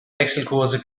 wechselkurse